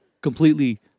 Completely